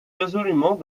résolument